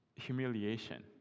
humiliation